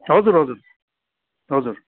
हजुर हजुर हजुर